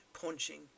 Punching